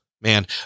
Man